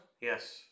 Yes